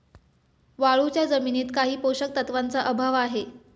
वाळूच्या जमिनीत काही पोषक तत्वांचा अभाव आहे